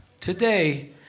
today